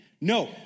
No